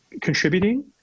contributing